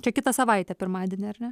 čia kitą savaitę pirmadienį ar ne